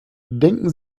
denken